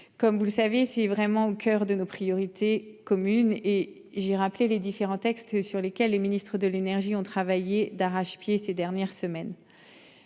Comme vous le savez si vraiment au coeur de nos priorités communes et j'ai rappelé les différents textes, sur lesquels les ministres de l'énergie ont travaillé d'arrache-pied ces dernières semaines.